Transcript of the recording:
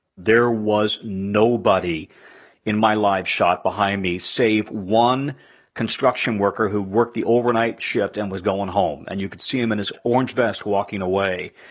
there was nobody in my live shot behind me, save one construction worker who worked the overnight shift and was goin' home. and you could see him in his orange vest walking away.